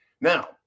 Now